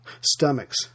stomachs